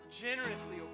generously